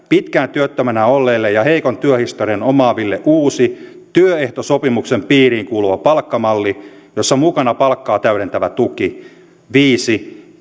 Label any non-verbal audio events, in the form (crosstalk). pitkään työttöminä olleille ja heikon työhistorian omaaville uusi työehtosopimuksen piiriin kuuluva palkkamalli jossa mukana palkkaa täydentävä tuki viisi (unintelligible)